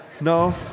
No